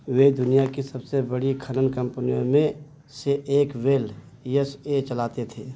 वे दुनिया की सबसे बड़े खनन कंपनियों में से एक वेल यस ए चलाते थे